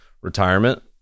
retirement